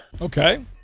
Okay